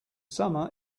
summer